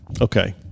Okay